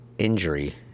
Injury